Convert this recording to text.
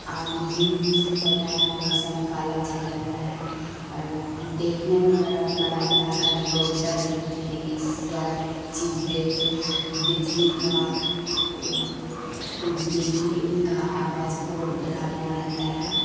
آندھی ہوتا ہے موسم کالا چھا جاتا ہے اور دیکھنے میں ڈراؤنا لگتا ہے ہر لوگ ڈر جاتے ہیں ای سیا چیز دیکھ کے بجلی کا بجلی کا آواج بہت ڈراؤنا رہتا ہے